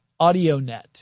Audionet